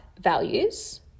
values